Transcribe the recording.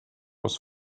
was